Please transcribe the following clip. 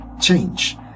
change